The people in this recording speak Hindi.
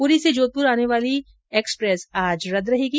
पुरी से जोधपुर आने वाली एक्सप्रेस आज रद्द रहेगी